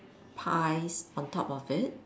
pies on top of it